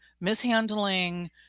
mishandling